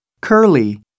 Curly